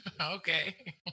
Okay